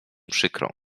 przykrą